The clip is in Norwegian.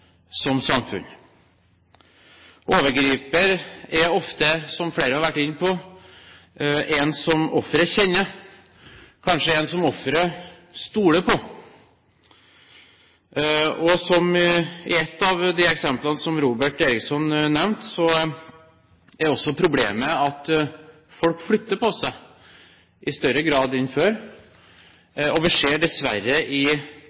som samfunn. Overgriper er ofte – som flere har vært inne på – en som offeret kjenner, kanskje en som offeret stoler på. Problemet er også, som i et av de eksemplene Robert Eriksson nevnte, at folk flytter på seg i større grad enn før, og vi ser dessverre i